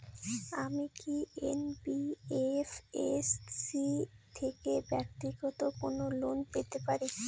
আমি কি এন.বি.এফ.এস.সি থেকে ব্যাক্তিগত কোনো লোন পেতে পারি?